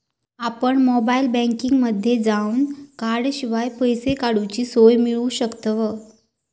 आपण मोबाईल बँकिंगमध्ये जावन कॉर्डशिवाय पैसे काडूची सोय मिळवू शकतव